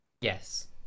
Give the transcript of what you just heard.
Yes